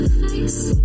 face